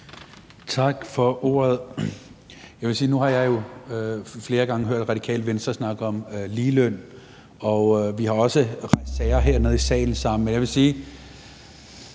Tak for ordet. Jeg vil sige, at nu har jeg flere gange hørt Radikale Venstre snakke om ligeløn, og vi har også rejst sager hernede i salen sammen. Jeg vil sige,